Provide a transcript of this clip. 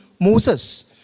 Moses